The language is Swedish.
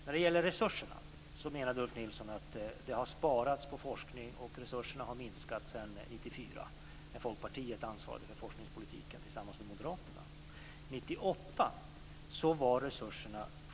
När det gäller resurserna menar Ulf Nilsson att det har sparats på forskning och att resurserna har minskat sedan 1994 när Folkpartiet ansvarade för forskningspolitiken tillsammans med Moderaterna.